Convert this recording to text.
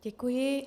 Děkuji.